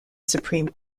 supreme